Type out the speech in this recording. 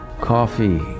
Coffee